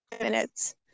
minutes